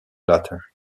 latter